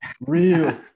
real